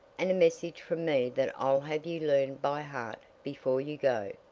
and a message from me that i'll have you learn by heart before you go.